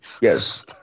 Yes